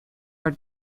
are